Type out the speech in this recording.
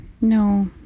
No